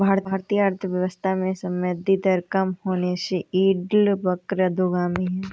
भारतीय अर्थव्यवस्था में संवृद्धि दर कम होने से यील्ड वक्र अधोगामी है